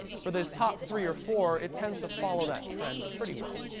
for those top three or four, it tends to follow that trend pretty well.